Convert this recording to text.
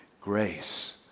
Grace